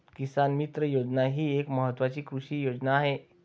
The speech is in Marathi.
किसान मित्र योजना ही एक महत्वाची कृषी योजना आहे